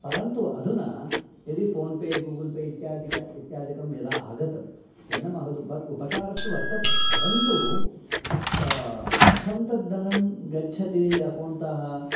परन्तु अधुना यदि फोन् पे गूगल् पे इत्यादिकम् इत्यादिकं यदा आगतं तेन महद् उप उपकारस्तु वर्तते परन्तु कथं तद् धनं गच्छति अकौन्ट्तः